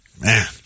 man